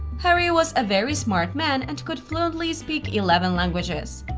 harry was a very smart man and could fluently speak eleven languages.